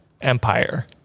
Empire